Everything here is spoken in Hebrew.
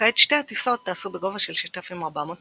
כעת שתי הטיסות טסו בגובה של 6,400 מטר.